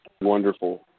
wonderful